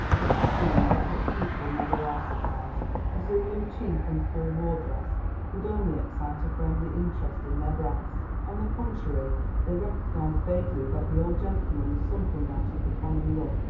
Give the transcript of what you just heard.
the fact being that such people never are surprised. a zulu chief in full war dress would only excite a friendly interest in their breasts. on the contrary they recognised vaguely that the old gentleman was something out of the common run,